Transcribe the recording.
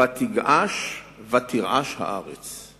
"ותגעש ותרעש הארץ".